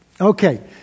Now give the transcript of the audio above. Okay